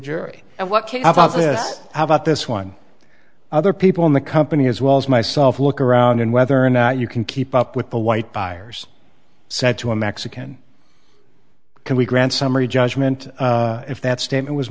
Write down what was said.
jury and what this how about this one other people in the company as well as myself look around and whether or not you can keep up with the white buyers sent to a mexican can we grant summary judgment if that statement was